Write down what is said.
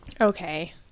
Okay